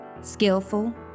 skillful